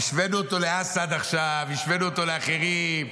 השווינו אותו לאסד עכשיו, השווינו אותו לאחרים.